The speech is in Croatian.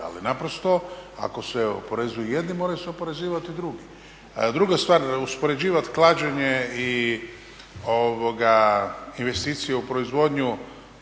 ali naprosto ako se oporezuju jedni, moraju se oporezivat i drugi. Druga stvar, uspoređivat klađenje i investicije u proizvodnju